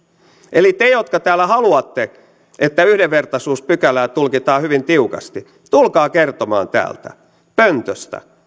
eli te jotka täällä haluatte että yhdenvertaisuuspykälää tulkitaan hyvin tiukasti tulkaa kertomaan täältä pöntöstä